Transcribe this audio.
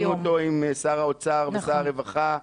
השקנו אותו עם שר האוצר ושר הרווחה.